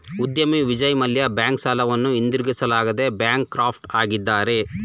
ಉದ್ಯಮಿ ವಿಜಯ್ ಮಲ್ಯ ಬ್ಯಾಂಕ್ ಸಾಲವನ್ನು ಹಿಂದಿರುಗಿಸಲಾಗದೆ ಬ್ಯಾಂಕ್ ಕ್ರಾಫ್ಟ್ ಆಗಿದ್ದಾರೆ